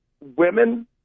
women